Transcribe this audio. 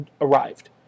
arrived